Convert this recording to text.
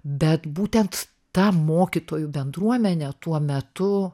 bet būtent ta mokytojų bendruomenė tuo metu